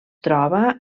troba